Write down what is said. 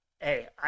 Hey